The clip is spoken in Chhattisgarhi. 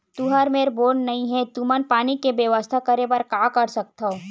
तुहर मेर बोर नइ हे तुमन पानी के बेवस्था करेबर का कर सकथव?